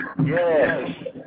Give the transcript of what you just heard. Yes